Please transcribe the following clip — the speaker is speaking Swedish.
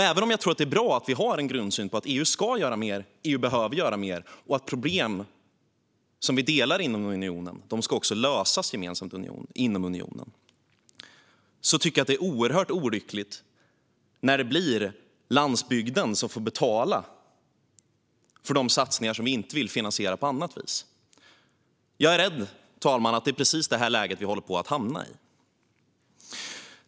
Även om jag anser att det är bra att vi har en grundsyn som innebär att EU ska göra mer, behöver göra mer, och att problem som delas inom unionen ska lösas gemensamt inom unionen, tycker jag att det är oerhört olyckligt när det blir landsbygden som får betala för de satsningar vi inte vill finansiera på annat vis. Jag är rädd, fru talman, för att det är precis det läget vi håller på att hamna i.